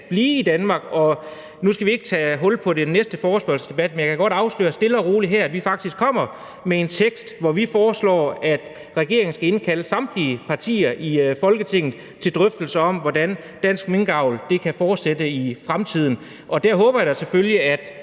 blive i Danmark, og nu skal vi ikke tage hul på den næste forespørgselsdebat, men jeg kan godt her stille og roligt afsløre, at vi faktisk kommer med en tekst, hvor vi foreslår, at regeringen skal indkalde samtlige partier i Folketinget til drøftelser om, hvordan dansk minkavl kan fortsætte i fremtiden, og der håber jeg da selvfølgelig, at